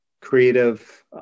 creative